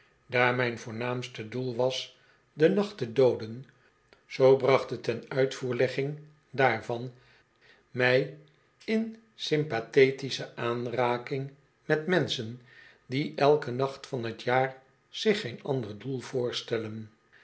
mijn voornaamste doel was den nacht te dooden zoo bracht de tenuitvoerlegging daarvan mij in sympathetische aanraking met menschen die eiken nacht van t jaar zich geen ander doel voorstellen